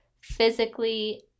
physically